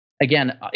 again